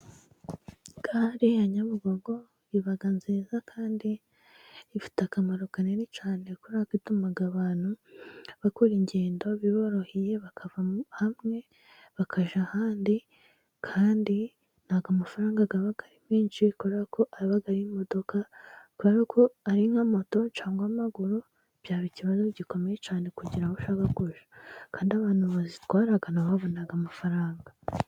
Gare ya nyabugogo iba nziza kandi ifite akamaro kanini cyane, kubera ko ituma abantu bakora ingendo biboroheye bakava hamwe bakajya ahandi, kandi ntabwo amafaranga aba ari menshi kubera ko aba ari imodokadoka kuberako ko ari nka moto cyangwa amaguru byaba ikibazo gikomeye cyane kugira aho ushaka gujya, kandi abantu bazitwara babona amafaranga.